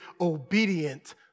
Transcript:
obedient